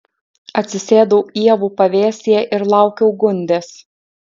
atsisėdau ievų pavėsyje ir laukiau gundės